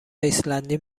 ایسلندی